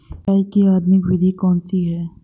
सिंचाई की आधुनिक विधि कौनसी हैं?